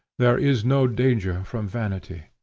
there is no danger from vanity.